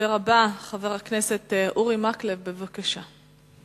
הדובר הבא, חבר הכנסת אורי מקלב, בבקשה.